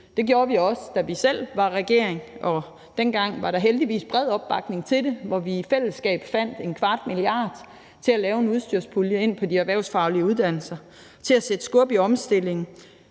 Det gjorde vi også, da vi selv var i regering, og dengang var der heldigvis bred opbakning til det, hvor vi i fællesskab fandt 0,25 mia. kr. til at lave en udstyrspulje til de erhvervsfaglige uddannelser til at sætte skub i omstillingen.